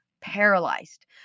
paralyzed